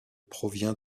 provient